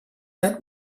that